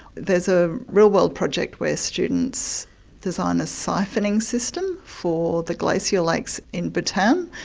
there's a real-world project where students design a siphoning system for the glacial lakes in bhutan,